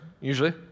usually